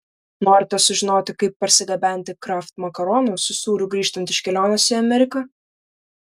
norite sužinoti kaip parsigabenti kraft makaronų su sūriu grįžtant iš kelionės į ameriką